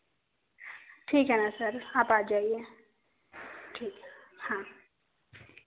ठीक है न सर आप आ जाईए ठीक है हाँ